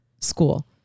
school